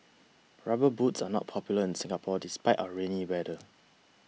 rubber boots are not popular in Singapore despite our rainy weather